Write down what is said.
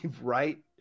right